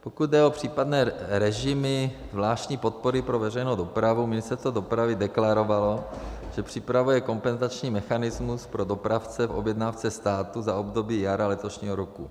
Pokud jde o případné režimy zvláštní podpory pro veřejnou dopravu, Ministerstvo dopravy deklarovalo, že připravuje kompenzační mechanismus pro dopravce v objednávce státu za období jara letošního roku.